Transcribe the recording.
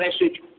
message